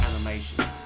animations